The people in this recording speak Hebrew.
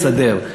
לסדר.